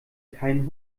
keinen